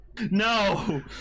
no